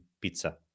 pizza